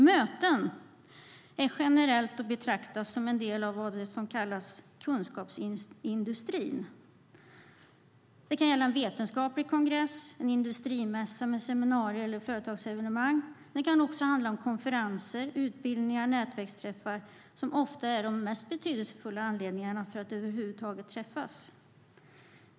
Möten är generellt att betrakta som en del av vad som kallas kunskapsindustrin. Det kan gälla en vetenskaplig kongress eller en industrimässa med seminarier eller företagsevenemang. Men det kan också handla om konferenser, utbildning och nätverksträffar som ofta är de mest betydelsefulla anledningarna till att över huvud taget träffas.